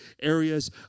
areas